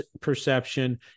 perception